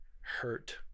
hurt